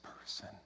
person